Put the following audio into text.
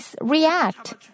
react